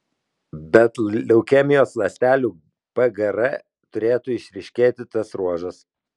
bet leukemijos ląstelių pgr turėtų išryškėti tas ruožas